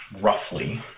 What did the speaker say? roughly